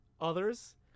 others